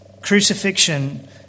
crucifixion